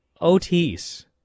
Otis